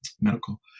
medical